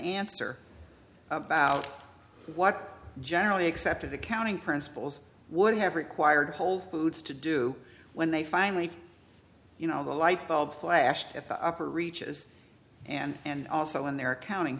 answer about what generally accepted accounting principles would have required whole foods to do when they finally you know the light bulb flashed up or reaches and and also in their accounting